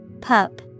Pup